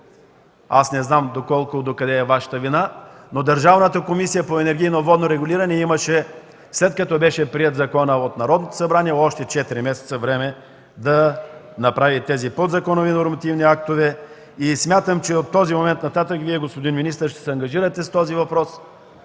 Не знам докъде е Ваша вината, но Държавната комисия за енергийно и водно регулиране, след като беше приет законът от Народното събрание, имаше 4 месеца време да направи тези подзаконови нормативни актове. Смятам, че от този момент нататък Вие, господин министър, ще се ангажирате с този въпрос